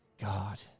God